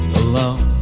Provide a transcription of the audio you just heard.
alone